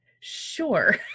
Sure